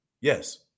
Yes